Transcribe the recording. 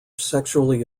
sexually